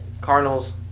Cardinals